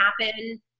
happen